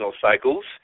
cycles